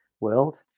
world